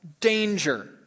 danger